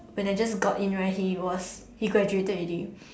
when I just got in right he was he graduated already